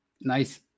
nice